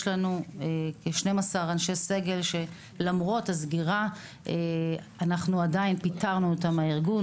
יש לנו כ-12 אנשי סגל שלמרות הסגירה פיטרנו אותם מהארגון,